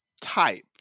type